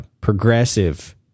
progressive